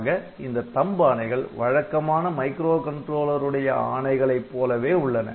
ஆக இந்த THUMB ஆணைகள் வழக்கமான மைக்ரோ கண்ட்ரோலருடைய ஆணைகளைப் போலவே உள்ளன